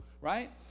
right